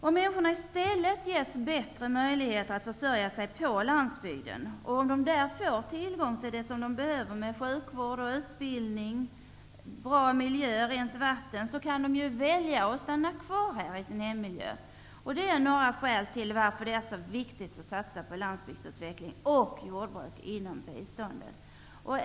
Om människorna i stället ges bättre möjlighet att försörja sig på landsbygden och om de där får förbättrad tillgång till sjukvård, utbildning, bra miljö, rent vatten m.m., kan de välja att stanna kvar i sin hemmiljö. De är några skäl till att det är så viktigt att satsa på landsbygdsutveckling och jordbruk inom biståndet.